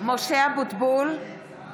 אבו שחאדה, נגד יולי